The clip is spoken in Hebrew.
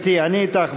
גברתי, אני אתך.